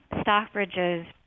Stockbridge's